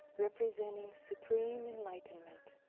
representing supreme enlightenment.